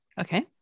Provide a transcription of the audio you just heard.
Okay